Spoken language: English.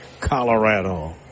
Colorado